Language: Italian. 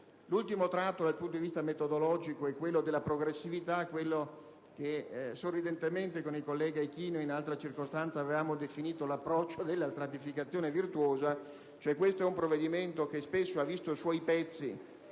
L'ultimo tratto dal punto di vista metodologico è quello della progressività, quello che, scherzosamente con il collega Ichino, in altra circostanza, avevamo definito l'approccio della stratificazione virtuosa. Questo è un provvedimento che speso ha visto suoi pezzi